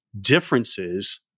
differences